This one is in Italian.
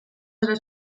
della